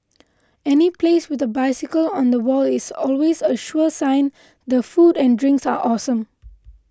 any place with a bicycle on the wall is always a sure sign the food and drinks are awesome